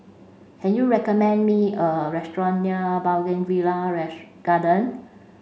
can you recommend me a restaurant near Bougainvillea Garden